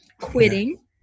quitting